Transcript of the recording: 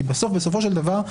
כי בסופו של דבר,